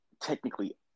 technically